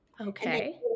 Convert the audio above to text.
Okay